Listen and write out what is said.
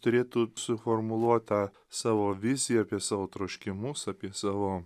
turėtų suformuluot tą savo viziją apie savo troškimus apie savo